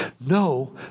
no